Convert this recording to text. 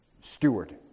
steward